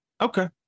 okay